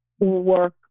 work